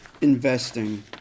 Investing